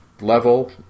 level